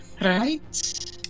Right